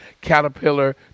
caterpillar